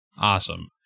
Awesome